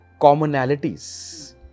commonalities